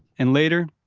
and later,